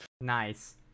nice